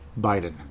Biden